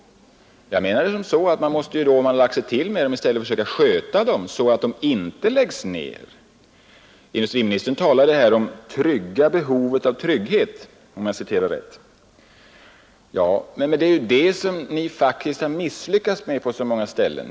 Om man har lagt sig till med ett företag, skall man i stället försöka sköta det så att det inte behöver läggas ned. Industriministern talade om att ”trygga behovet av trygghet”, om jag 49 citerar rätt. Men det har ni faktiskt misslyckats med på så många ställen.